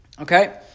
Okay